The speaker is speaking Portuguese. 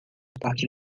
parte